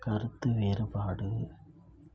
கருத்து வேறுபாடு